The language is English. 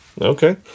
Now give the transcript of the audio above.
Okay